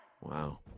wow